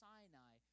Sinai